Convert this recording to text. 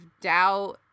doubt